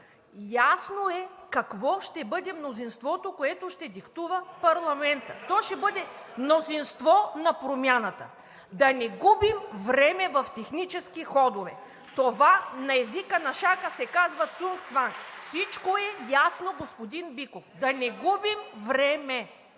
Ясно е какво ще бъде мнозинството, което ще диктува парламента – то ще бъде мнозинство на промяната! Да не губим време в технически ходове! Това на езика на шаха се казва „цунг-цванг“. (Ръкопляскания от ИСМВ.) Всичко е ясно, господин Биков. Да не губим време!